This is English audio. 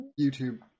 YouTube